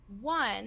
one